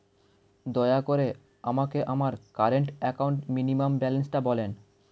দয়া করে আমাকে আমার কারেন্ট অ্যাকাউন্ট মিনিমাম ব্যালান্সটা বলেন